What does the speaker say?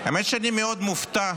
האמת שאני מאוד מופתע